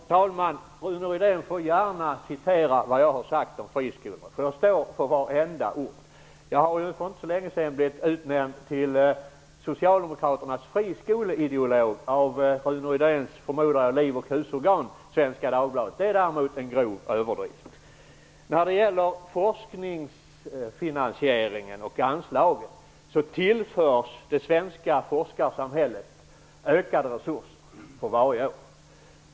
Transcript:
Herr talman! Rune Rydén får gärna citera vad jag har sagt om friskolor, för jag står för vartenda ord. Jag har för inte så länge sedan blivit utnämnd till socialdemokraternas friskoleideolog av det jag förmodar är Det är däremot en grov överdrift. När det gäller forskningsfinansieringen och anslagen vill jag säga att det svenska forskarsamhället tillförs ökade resurser för varje år.